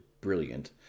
brilliant